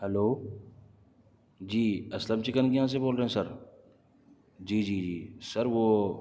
hello جی Aslam chicken کے یہاں سے بول رہے ہیں سر جی جی جی سر وہ